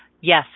yes